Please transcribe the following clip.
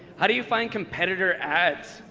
how do you find competitor ads?